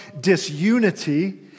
disunity